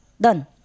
done